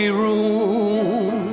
room